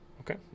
Okay